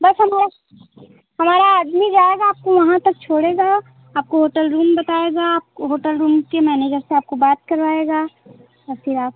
बस हम लोस हमारा आदमी जाएगा आपको वहाँ तक छोड़ेगा आपको होटल रूम बताएगा आपको होटल रूम के मैनेजर से आपको बात करवाएगा उसके बाद